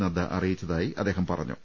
നദ്ദ അറി യിച്ചതായി അദ്ദേഹം പറഞ്ഞു